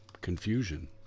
confusion